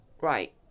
right